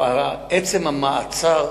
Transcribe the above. עצם המעצר,